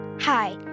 Hi